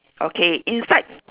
okay inside